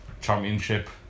championship